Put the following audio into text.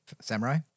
Samurai